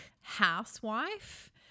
housewife